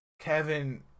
Kevin